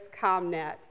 ComNet